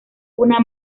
una